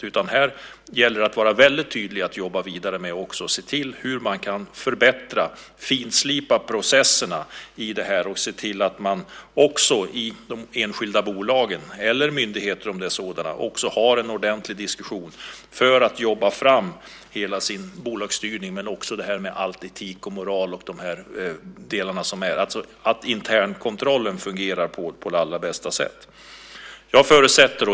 Det gäller att vara väldigt tydlig och jobba vidare med detta och se till att man förbättrar och finslipar processerna och att man i de enskilda bolagen, eller myndigheterna, har en ordentlig diskussion för att jobba fram bolagsstyrningen och det som rör etik och moral och se till att internkontrollen fungerar på bästa sätt.